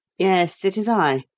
yes, it is i.